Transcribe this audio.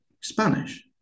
Spanish